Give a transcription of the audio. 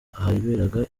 ahaberaga